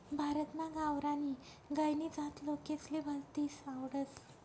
भारतमा गावरानी गायनी जात लोकेसले भलतीस आवडस